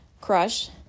Crush